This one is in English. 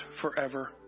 forever